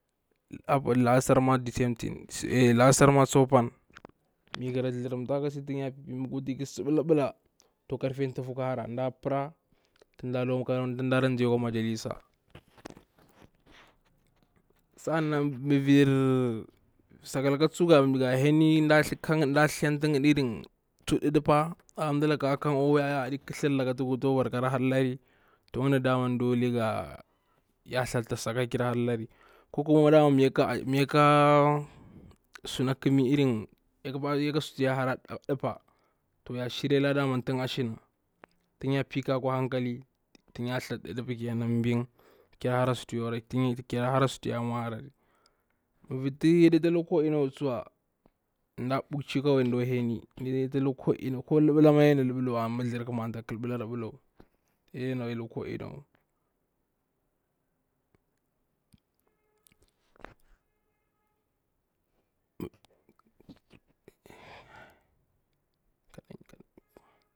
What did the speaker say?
La'asir ma the same thing la'asar ma tsu pan, mi ƙara tharamtar ka si tan ya pipi, mi ga wata i liɓela to karte tufu ƙa hara ndara para nan nda ra nza akwa majalisa, sa anna mi vir, sakalaka tsuwa da thatange irin tsu ɗu- ɗupa nda laka a ƙaka nga akwa waya, ƙathar laka ta tabara kaɗan hallari, ndani dama dole ya tha ata sakar ki ra hallari ko kuma dama mi yaka su na ƙami irin, yaka su ta ya hara ɗapa, to ya shiri lara dama tan ashina, tan ya pi ƙakari akwa hankali tan ya that ɗaɗapa rabinga ko hara su tu ya mwa harari mi vir ti ya ɗa lukwa kolina wa tsuwa, da mukchakawai da ko heni, ku luɓela ma ya ɗaina luɓelawa mi tharƙamawanta kalɓelarawa to ya ɗai na luɓelaku ina wa